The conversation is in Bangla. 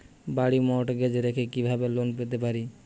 বাড়ি মর্টগেজ রেখে কিভাবে লোন পেতে পারি?